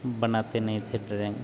बनाते नहीं थे ड्राइंग